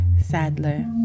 Sadler